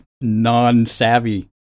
non-savvy